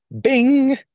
bing